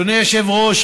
אדוני היושב-ראש,